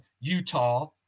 Utah